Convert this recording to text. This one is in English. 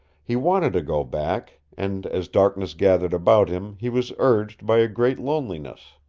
he wanted to go back, and as darkness gathered about him he was urged by a great loneliness.